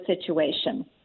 situation